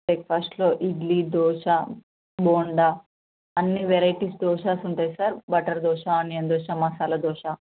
బ్రేక్ఫాస్ట్లో ఇడ్లీ దోస బోండా అన్ని వెరైటీస్ దోసాస్ ఉంటాయి sir butter dosa onion dosa masala dosa